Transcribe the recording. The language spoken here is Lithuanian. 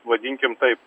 vadinkim taip